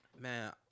Man